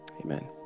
amen